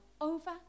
over